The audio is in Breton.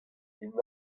vin